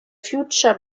future